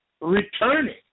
returning